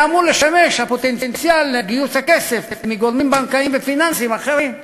יש פוטנציאל לגיוס הכסף מגורמים בנקאיים ופיננסיים אחרים.